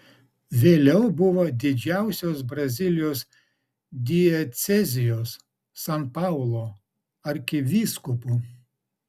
vėliau buvo didžiausios brazilijos diecezijos san paulo arkivyskupu